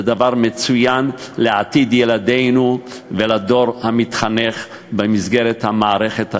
וזה דבר מצוין לעתיד ילדינו ולדור המתחנך במסגרת המערכת החינוכית.